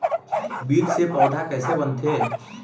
बीज से पौधा कैसे बनथे?